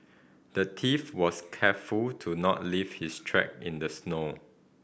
the thief was careful to not leave his track in the snow